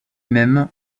même